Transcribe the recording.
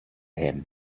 him